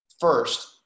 First